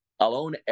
Alone